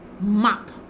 map